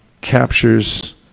captures